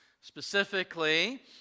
specifically